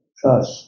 trust